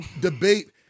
debate